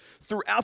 throughout